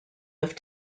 have